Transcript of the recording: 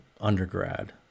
undergrad